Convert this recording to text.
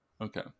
Okay